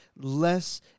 less